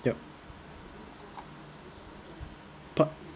yup part